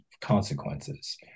consequences